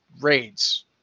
raids